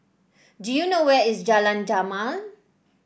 do you know where is Jalan Jamal